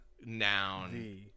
noun